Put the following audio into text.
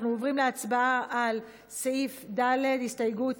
אנחנו עוברים להצבעה על סעיף ד', הסתייגות